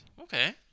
Okay